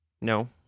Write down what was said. no